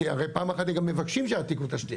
הרי הם גם פעם אחת מבקשים שיעתיקו תשתית,